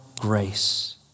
grace